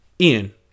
Ian